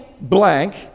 blank